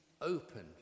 open